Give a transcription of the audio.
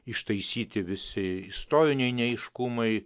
ištaisyti visi istoriniai neaiškumai